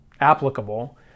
applicable